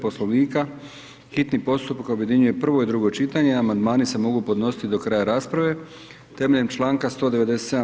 Poslovnika hitni postupak objedinjuje prvo i drugo čitanje i amandmani se mogu podnositi do kraja rasprave temeljem članka 197.